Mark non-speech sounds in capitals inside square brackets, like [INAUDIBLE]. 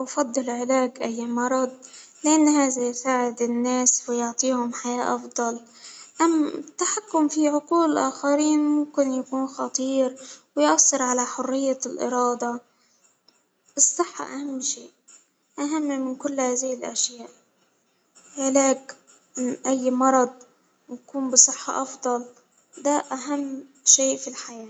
أفضل علاج أي مرض، لأن هذا يساعد الناس ويعطيهم حياة أفضل، أم التحكم في عقول الآخرين ممكن يكون خطير، ويؤثر على حرية الإرادة، الصحة أهم شيء، أهم من كل هذه الأشياء ، علاج [HESITATION] أي مرض نكون بصحة أفضل ده أهم شيء في الحياة.